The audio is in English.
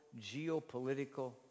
geopolitical